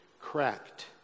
cracked